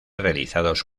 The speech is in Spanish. realizados